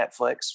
Netflix